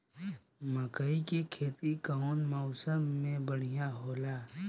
मकई के खेती कउन मौसम में बढ़िया होला?